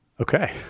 Okay